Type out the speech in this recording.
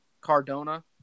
cardona